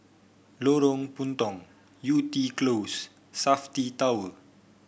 Lorong Puntong Yew Tee Close Safti Tower